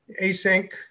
async